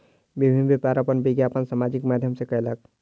विभिन्न व्यापार अपन विज्ञापन सामाजिक माध्यम सॅ कयलक